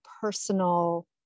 personal